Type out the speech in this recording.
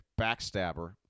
Backstabber